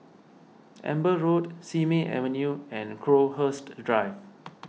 Amber Road Simei Avenue and Crowhurst Drive